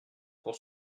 pour